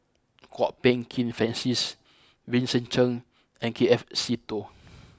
Kwok Peng Kin Francis Vincent Cheng and K F Seetoh